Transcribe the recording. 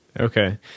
Okay